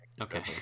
Okay